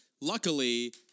luckily